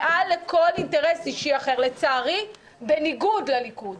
מעל לכל אינטרס אישי אחר לצערי, בניגוד לליכוד.